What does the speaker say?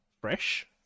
fresh